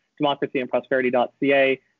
democracyandprosperity.ca